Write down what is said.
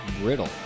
brittle